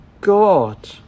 God